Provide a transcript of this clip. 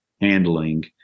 handling